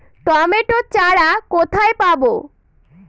Tomato চারা কোথায় পাবো?